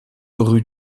rue